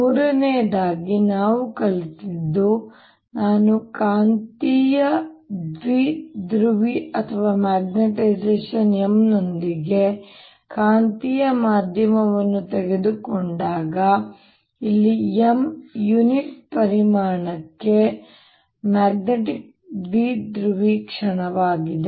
ಮೂರನೆಯದಾಗಿ ನಾವು ಕಲಿತದ್ದು ನಾನು ಕಾಂತೀಯ ದ್ವಿಧ್ರುವಿ ಅಥವಾ ಮ್ಯಾಗ್ನೆಟೈಸೇಶನ್ M ನೊಂದಿಗೆ ಕಾಂತೀಯ ಮಾಧ್ಯಮವನ್ನು ತೆಗೆದುಕೊಂಡಾಗ ಇಲ್ಲಿ M ಯುನಿಟ್ ಪರಿಮಾಣಕ್ಕೆ ಮ್ಯಾಗ್ನೆಟಿಕ್ ದ್ವಿಧ್ರುವಿ ಕ್ಷಣವಾಗಿದೆ